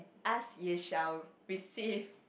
ask you shall receive